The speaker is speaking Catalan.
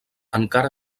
encara